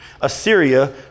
Assyria